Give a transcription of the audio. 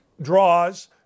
draws